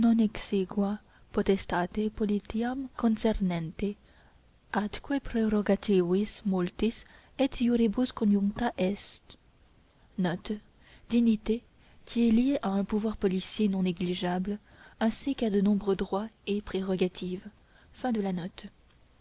liée à un pouvoir policier non négligeable ainsi qu'à de nombreux droits et prérogatives